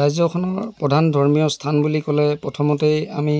ৰাজ্যখনৰ প্ৰধান ধৰ্মীয় স্থান বুলি ক'লে প্ৰথমতেই আমি